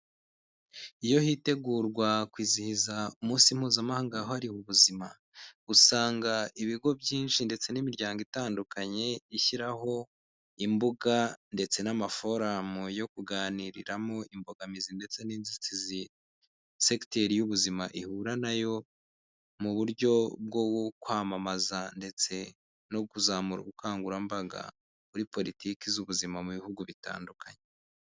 Iyo hitegurwa kwizihiza umunsi mpuzamahanga wahariwe ubuzima, usanga ibigo byinshi ndetse n'imiryango itandukanye ishyiraho imbuga ndetse n'amaforamo yo kuganiriramo imbogamizi ndetse n'inzitizi sekiteri y'ubuzima ihura na yo, mu buryo bwo kwamamaza ndetse no kuzamura ubukangurambaga muri politiki z'ubuzima mu bihugu bitandukanye.